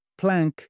Planck